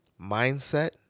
Mindset